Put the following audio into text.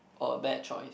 or bad choice